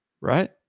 Right